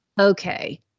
okay